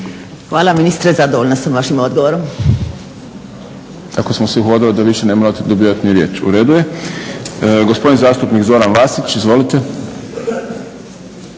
Hvala ministre, zadovoljna sam vašim odgovorom. **Šprem, Boris (SDP)** Kako smo se uhodali da više ne morate dobivati riječ. Uredu je. Gospodin zastupnik Zoran Vasić. Izvolite.